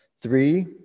Three